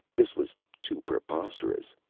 this was too preposterous!